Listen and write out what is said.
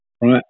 right